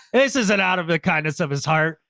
this is an out of the kindness of his heart.